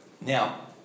now